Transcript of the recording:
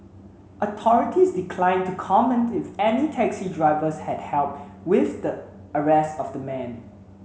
authorities declined to comment if any taxi drivers had help with the arrest of the man